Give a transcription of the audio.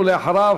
ואחריו,